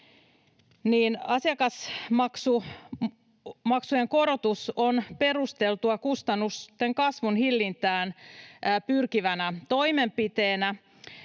Asiakasmaksujen korotus on perusteltua kustannusten kasvun hillintään pyrkivänä toimenpiteenä.